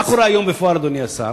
עוקפים,